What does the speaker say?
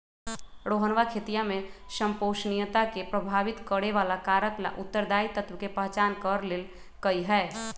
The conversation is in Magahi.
रोहनवा खेतीया में संपोषणीयता के प्रभावित करे वाला कारक ला उत्तरदायी तत्व के पहचान कर लेल कई है